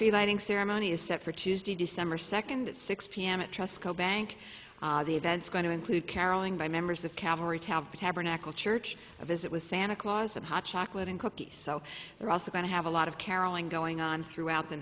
tree lighting ceremony is set for tuesday december second at six p m it just go bank the events going to include carolyn by members of cavalry tab tabernacle church a visit with santa claus and hot chocolate and cookies so they're also going to have a lot of carolyn going on throughout the